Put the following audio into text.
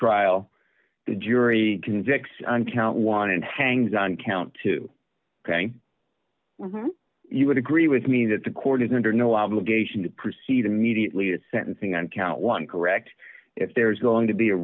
trial the jury convicts on count one and hangs on count two ok you would agree with me that the court is under no obligation to proceed immediately to sentencing on count one correct if there is going to be a